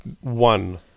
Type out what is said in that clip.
one